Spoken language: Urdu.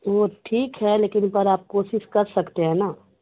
وہ ٹھیک ہے لیکن پر آپ کوشش کر سکتے ہیں نا